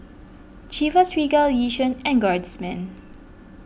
Chivas Regal Yishion and Guardsman